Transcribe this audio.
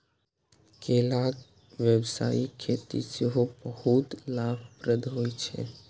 केलाक व्यावसायिक खेती सेहो बहुत लाभप्रद होइ छै